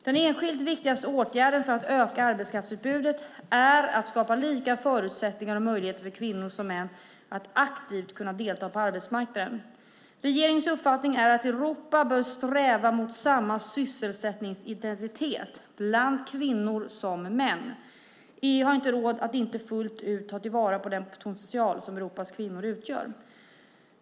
Den enskilt viktigaste åtgärden för att öka arbetskraftsutbudet är att skapa lika förutsättningar och möjligheter för kvinnor som för män att aktivt delta på arbetsmarknaden. Regeringens uppfattning är att Europa bör sträva mot samma sysselsättningsintensitet bland kvinnor som män. EU har inte råd att inte fullt ut ta till vara den potential som Europas kvinnor utgör.